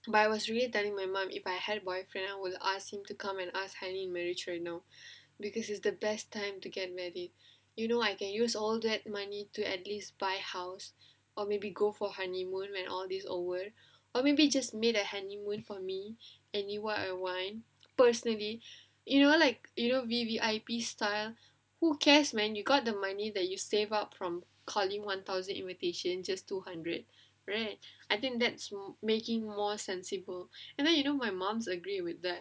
but I was really telling my mum if I had boyfriend I will ask him to come and ask any marriage right now because is the best time to get married you know I can use all that money to at least buy house or maybe go for honeymoon when all these over or maybe just made a honeymoon for me anywhere I want personally you know like you know V_V_I_P style who cares man you got the money that you save up from calling one thousand invitation just two hundred right I think that's more making more sensible and then you know my mom's agree with that